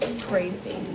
crazy